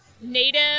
Native